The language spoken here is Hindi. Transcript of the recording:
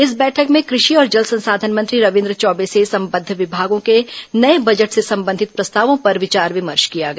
इस बैठक में कृषि और जल संसाधन मंत्री रविंद्र चौबे से सम्बद्ध विभागों के नए बजट से संबंधित प्रस्तावों पर विचार विमर्श किया गया